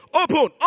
open